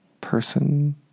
person